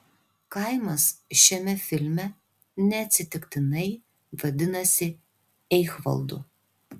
kaimas šiame filme neatsitiktinai vadinasi eichvaldu